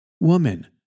Woman